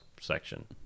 section